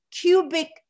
Cubic